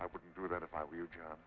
i wouldn't do that if i were your job